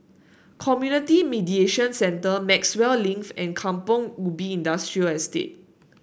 Community Mediation Centre Maxwell Link and Kampong Ubi Industrial Estate